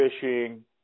Fishing